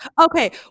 okay